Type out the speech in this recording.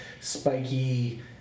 spiky